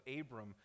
Abram